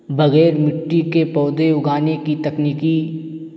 بغیر مٹی کے پودے اگانے کی تکنیکی